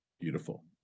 Beautiful